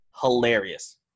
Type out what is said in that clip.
Hilarious